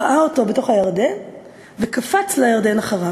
ראה אותו בתוך הירדן וקפץ לירדן אחריו.